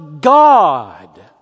God